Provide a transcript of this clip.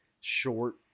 short